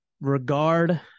regard